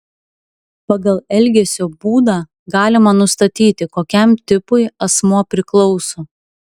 pagal elgesio būdą galima nustatyti kokiam tipui asmuo priklauso